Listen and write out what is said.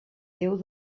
déu